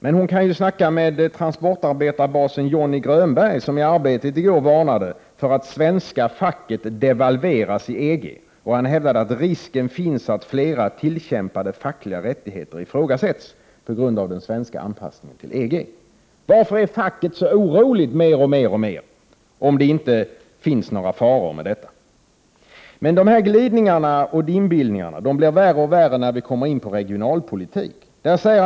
Men hon kan ju snacka med transportarbetarbasen Johnny Grönberg, som i Arbetet i går varnade för att det svenska facket devalveras i EG. Han hävdade att risken finns att flera tillkämpade fackliga rättigheter ifrågasätts på grund av den svenska anpassningen till EG. Varför är facket så oroligt, och blir allt oroligare, om det inte finns några faror med detta? Glidningarna och inbillningarna blir värre och värre när vi kommer in på regionalpolitiken.